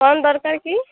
କ'ଣ ଦରକାର କି